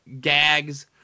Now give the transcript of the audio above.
gags